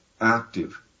active